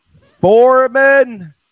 Foreman